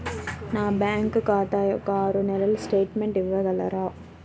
నా బ్యాంకు ఖాతా యొక్క ఆరు నెలల స్టేట్మెంట్ ఇవ్వగలరా?